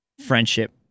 friendship